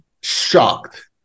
Shocked